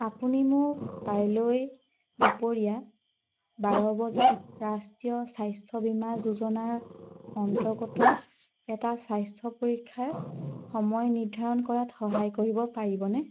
আপুনি মোক কাইলৈ দুপৰীয়া বাৰ বজাত ৰাষ্ট্ৰীয় স্বাস্থ্য বীমা যোজনাৰ অন্তৰ্গত এটা স্বাস্থ্য পৰীক্ষাৰ সময় নিৰ্ধাৰণ কৰাত সহায় কৰিব পাৰিবনে